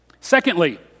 Secondly